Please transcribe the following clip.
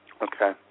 Okay